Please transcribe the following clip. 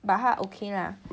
but 他 okay lah